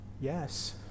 Yes